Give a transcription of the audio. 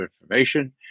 information